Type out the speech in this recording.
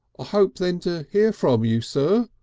ah hope then to hear from you, sir,